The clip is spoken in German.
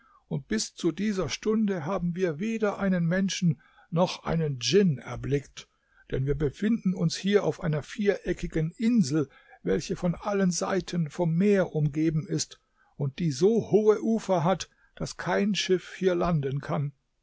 und bis zu dieser stunde haben wir weder einen menschen noch einen djinn erblickt denn wir befinden uns hier auf einer viereckigen insel welche von allen seiten vom meer umgeben ist und die so hohe ufer hat daß kein schiff hier landen kann